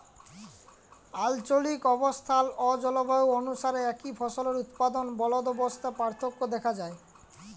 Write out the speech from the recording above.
আলচলিক অবস্থাল অ জলবায়ু অলুসারে একই ফসলের উৎপাদল বলদবস্তে পার্থক্য দ্যাখা যায়